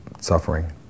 suffering